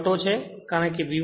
કારણ કે તે V1 I1 V2 I 2 છે